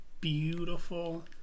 beautiful